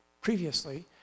previously